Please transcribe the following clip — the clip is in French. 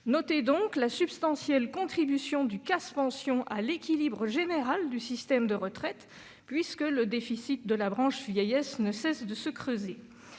Notez la substantielle contribution du CAS « Pensions » à l'équilibre général du système de retraite puisque le déficit de la branche vieillesse ne cesse de se creuser.